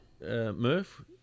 Murph